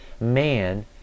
man